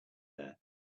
there